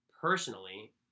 Personally